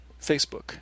Facebook